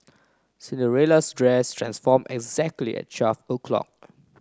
Cinderella's dress transformed exactly at twelve o'clock